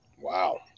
Wow